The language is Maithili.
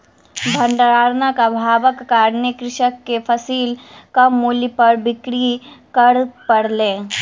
भण्डारक अभावक कारणेँ कृषक के फसिल कम मूल्य पर बिक्री कर पड़लै